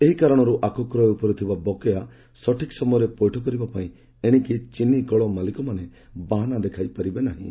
ଏହି କାରଣରୁ ଆଖୁ କ୍ରୟ ଉପରେ ଥିବା ବକେୟା ସଠିକ୍ ସମୟରେ ପଇଠ କରିବାପାଇଁ ଏଣିକି ଚିନିକଳ ମାଲିକମାନେ ବାହାନା ଦେଖାଇପାରିବେ ନାହିଁ